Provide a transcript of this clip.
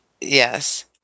Yes